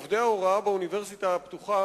עובדי ההוראה באוניברסיטה הפתוחה,